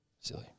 Silly